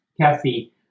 Cassie